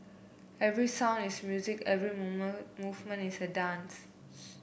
every sound is music every moment movement is a dance